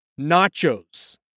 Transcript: nachos